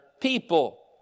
people